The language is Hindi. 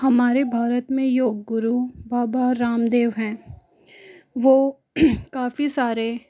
हमारे भारत में योग गुरु बाबा रामदेव हैं वो काफ़ी सारे